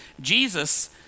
Jesus